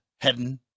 heading